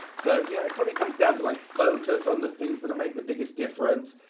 so you know it's probably comes down to like focus on the things that'll make the biggest difference.